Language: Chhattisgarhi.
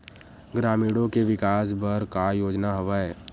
ग्रामीणों के विकास बर का योजना हवय?